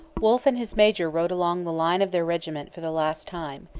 wolfe and his major rode along the line of their regiment for the last time.